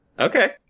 Okay